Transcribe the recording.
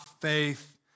faith